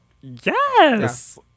Yes